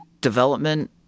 development